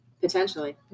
Potentially